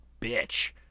bitch